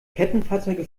kettenfahrzeuge